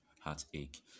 heartache